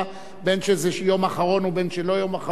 בין שזה יום אחרון ובין שלא יום אחרון,